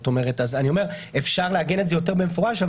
אז אומנם אפשר לעגן את זה יותר במפורש,